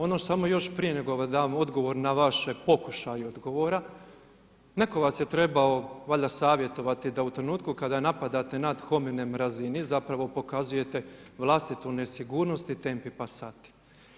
Ono samo još prije nego dam na vaše pokušaje odgovora, netko vas je trebao valjda savjetovati da u trenutku kada napadate na ad hominem razini zapravo pokazujete vlastitu nesigurnost i tempi passati.